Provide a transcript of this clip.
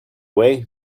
away